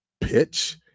pitch